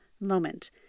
moment